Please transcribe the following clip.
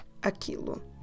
aquilo